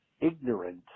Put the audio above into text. ignorant